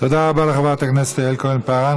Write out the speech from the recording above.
תודה רבה לחברת הכנסת יעל כהן-פארן.